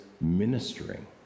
ministering